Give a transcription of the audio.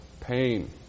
pain